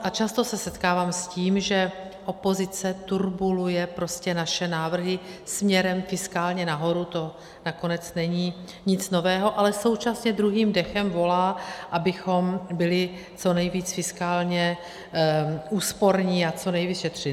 A často se setkávám s tím, že opozice turbuluje prostě naše návrhy směrem fiskálně nahoru, to nakonec není nic nového, ale současně druhým dechem volá, abychom byli co nejvíc fiskálně úsporní a co nejvíc šetřili.